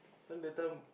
this one that time